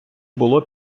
було